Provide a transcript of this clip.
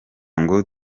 ngo